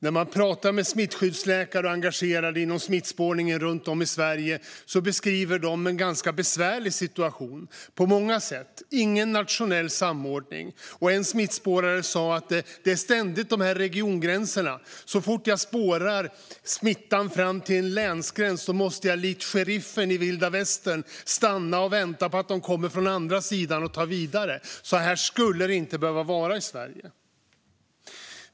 När man pratar med smittskyddsläkare och engagerade inom smittspårningen runt om i Sverige beskriver de på många sätt en ganska besvärlig situation. Det är ingen nationell samordning. En smittspårare sa: Det är ständigt de här regiongränserna. Så fort jag spårar smittan fram till en länsgräns måste jag likt sheriffen i vilda västern stanna och vänta på att de kommer från andra sidan och tar vid. Så här skulle det inte behöva vara i Sverige.